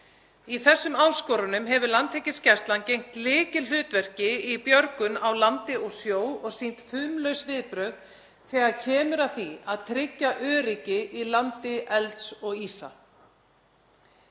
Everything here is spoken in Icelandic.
Í þessum áskorunum hefur Landhelgisgæslan gegnt lykilhlutverki í björgun á landi og sjó og sýnt fumlaus viðbrögð þegar kemur að því að tryggja öryggi í landi elds og ísa.